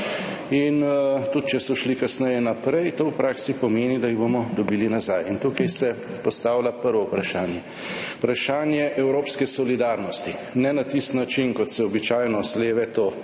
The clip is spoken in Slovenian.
In tudi če so šli kasneje naprej, to v praksi pomeni, da jih bomo dobili nazaj. In tukaj se postavlja prvo vprašanje, vprašanje evropske solidarnosti. Ne na tisti način, kot se običajno z leve to prikazuje,